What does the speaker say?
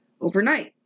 overnight